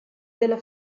della